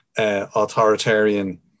Authoritarian